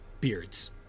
beards